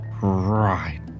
Right